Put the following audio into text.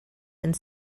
and